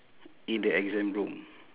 in the exam room